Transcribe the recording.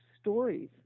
stories